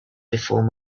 before